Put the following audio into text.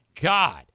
God